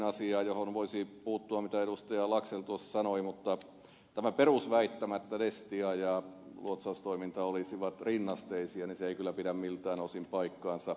laxell tuossa sanoi johon voisi puuttua mitä edusti alaksen tulos sanoi mutta tämä perusväittämä että destia ja luotsaustoiminta olisivat rinnasteisia ei kyllä pidä miltään osin paikkaansa